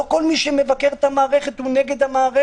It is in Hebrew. לא כל מי שמבקר את המערכת, הוא נגד המערכת.